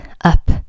up